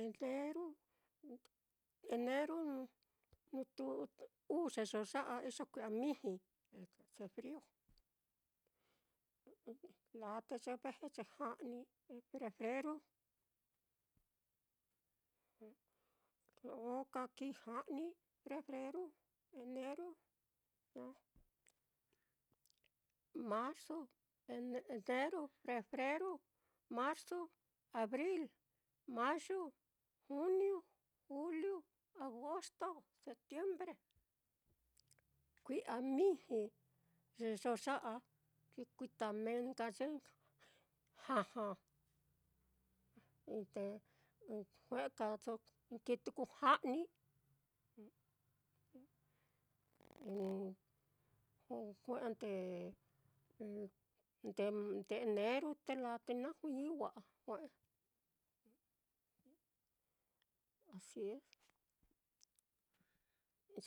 Eneru, eneru, nutu-uu ye yoo ya a iyo miji, hace frio, te laa te ye ve ja'ni, fefreru, oka kii ja'ni, fefreru, eneru naá, marzu, eneru fefreru, marzu, abril, mayu, juniu, juliu, agosto, setiembre, kui'a miji ye yoo ya a, kikuita meenka ye jaja, te jue'e kaso kii tuku ja'ni, jue'e nde nde-nde eneru, te laa te najuiñi wa'a, asi es